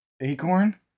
Acorn